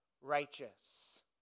righteous